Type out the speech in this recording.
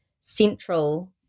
central